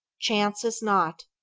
chance is not.